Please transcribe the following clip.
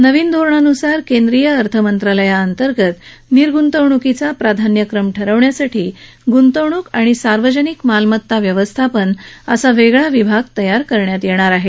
नवीन धोरणान्सार केंद्रीय अर्थमंत्रालया अंतर्गत निर्गुतवणुकीचा प्राधान्यक्रम ठरवण्यासाठी ग्ंतवणूक आणि सार्वजनिक मालमत्ता व्यवस्थापन असा वेगळा विभाग तयार करण्यात येणार आहे